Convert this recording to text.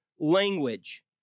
language